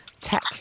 tech